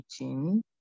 meeting